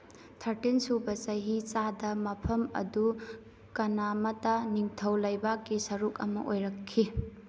thirteen ꯁꯨꯕ ꯆꯍꯤ ꯆꯥꯗ ꯃꯐꯝ ꯑꯗꯨ ꯀꯅꯥꯃꯇ ꯅꯤꯡꯊꯧ ꯂꯩꯕꯥꯛꯀꯤ ꯁꯔꯨꯛ ꯑꯃ ꯑꯣꯏꯔꯛꯈꯤ